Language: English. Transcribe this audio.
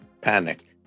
panic